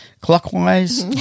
clockwise